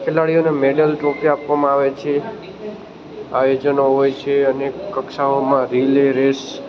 ખેલાડીઓને medal trophy આપવામાં આવે છે આયોજનો હોય છે અનેક કક્ષાઓમાં રિલે રેસ